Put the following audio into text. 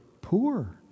Poor